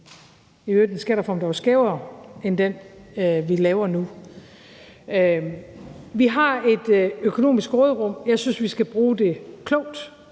der var skævere end den, vi laver nu. Vi har et økonomisk råderum, og jeg synes, at vi skal bruge det klogt.